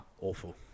Awful